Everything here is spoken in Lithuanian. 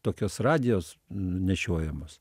tokios radijos nu nešiojamas